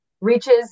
reaches